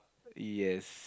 yes